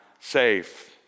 safe